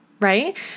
Right